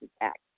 Act